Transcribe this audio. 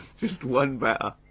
just one better.